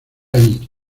ahí